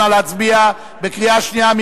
נא להצביע בקריאה שנייה.